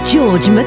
George